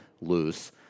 loose